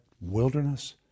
wilderness